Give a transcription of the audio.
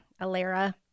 Alara